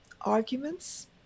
arguments